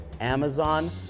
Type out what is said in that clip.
Amazon